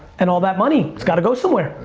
and all that money, it's gotta go somewhere.